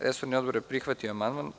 Resorni odbor je prihvatio amandman.